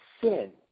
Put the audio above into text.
sin